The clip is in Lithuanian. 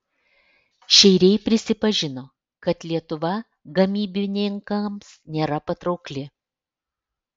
šeiriai prisipažino kad lietuva gamybininkams nėra patraukli